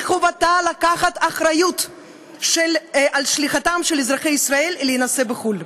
חובתה לקחת אחריות על שליחתם של אזרחי ישראל להינשא בחו"ל.